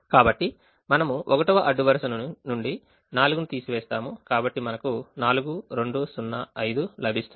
కాబట్టి మనము 1వ అడ్డు వరుస నుండి 4 ను తీసివేస్తాము కాబట్టి మనకు 4 2 0 5 లభిస్తుంది